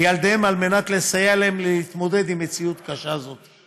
וילדיהן על מנת לסייע להם להתמודד עם מציאות קשה זו.